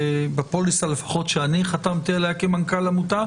לפחות בפוליסה שאני חתמתי עליה כמנכ"ל עמותה,